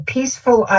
Peaceful